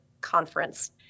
conference